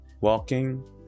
walking